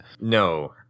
No